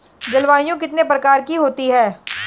जलवायु कितने प्रकार की होती हैं?